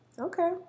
Okay